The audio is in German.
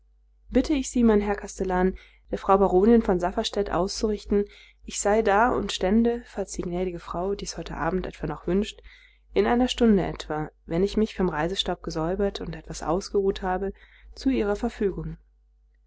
bitte ich sie mein herr kastellan der frau baronin von safferstätt auszurichten ich sei da und stände falls die gnädige frau dies heute abend etwa noch wünscht in einer stunde etwa wenn ich mich vom reisestaub gesäubert und etwas ausgeruht habe zu ihrer verfügung